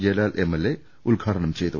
Jayalal M L A ഉദ്ഘാടനം ചെയ്തു